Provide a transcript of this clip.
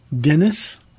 Dennis